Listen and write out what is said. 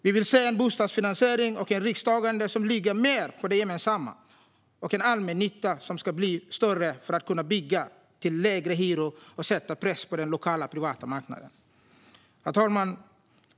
Vi vill se en bostadsfinansiering och ett risktagande som ligger mer på det gemensamma och en allmännytta som ska bli större för att kunna bygga till lägre hyror och sätta press på den lokala, privata marknaden. Herr talman!